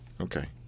Okay